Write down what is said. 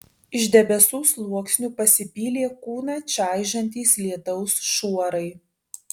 iš debesų sluoksnių pasipylė kūną čaižantys lietaus šuorai